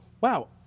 wow